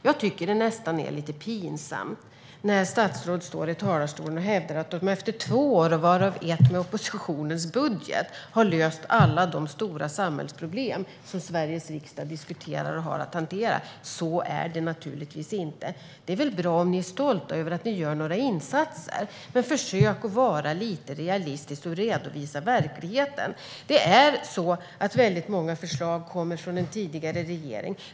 Jag tycker nästan att det är lite pinsamt när statsrådet står i talarstolen och hävdar att regeringen efter två år, varav ett med oppositionens budget, har löst alla de stora samhällsproblem som Sveriges riksdag diskuterar och har att hantera. Så är det naturligtvis inte. Det är väl bra om ni är stolta över att ni gör några insatser, men försök att vara lite realistiska och redovisa verkligheten! Det är så att väldigt många förslag kommer från den tidigare regeringen.